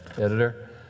editor